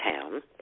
town